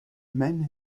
men